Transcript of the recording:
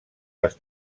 les